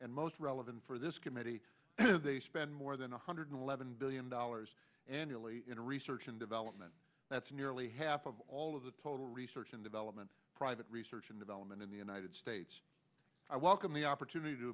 and most relevant for this committee they spend more than one hundred eleven billion dollars annually in research and development that's nearly half of all of the total research and development private research and development in the united states i welcome the opportunity to